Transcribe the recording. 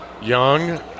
Young